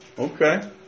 Okay